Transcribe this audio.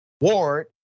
Ward